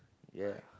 ya